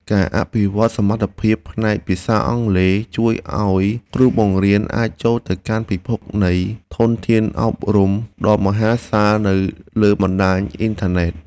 ការអភិវឌ្ឍសមត្ថភាពផ្នែកភាសាអង់គ្លេសជួយឱ្យគ្រូបង្រៀនអាចចូលទៅកាន់ពិភពនៃធនធានអប់រំដ៏មហាសាល នៅលើបណ្តាញអ៊ីនធឺណិត។